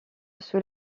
sous